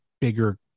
bigger